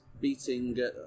beating